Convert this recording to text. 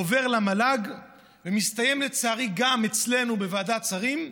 עובר במל"ג ומסתיים, לצערי, גם אצלנו בוועדת שרים,